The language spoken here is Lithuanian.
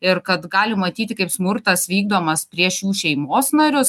ir kad gali matyti kaip smurtas vykdomas prieš jų šeimos narius